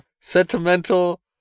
sentimental